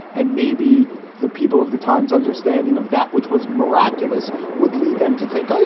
and maybe the people of the times understanding of that which was miraculous, would lead them to think, oh, yeah,